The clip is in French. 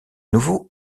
nouveau